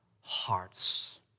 hearts